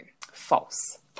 False